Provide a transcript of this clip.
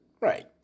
Right